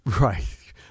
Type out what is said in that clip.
right